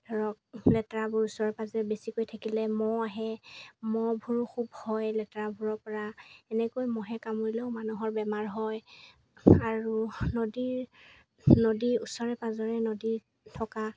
ধৰক লেতেৰাবোৰ ওচৰে পাঁজৰে বেছিকৈ থাকিলে মহ আহে মহবোৰো খুব হয় লেতেৰাবোৰৰপৰা এনেকৈ মহে কামুৰিলেও মানুহৰ বেমাৰ হয় আৰু নদীৰ নদীৰ ওচৰে পাঁজৰে নদীত থকা